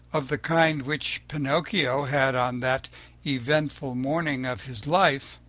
of the kind which pinocchio had on that eventful morning of his life,